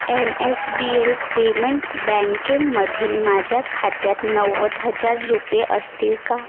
N S D L payment बँकेमधील माझ्या खात्यात नव्वद हजार रुपये असतील का